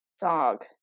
Dog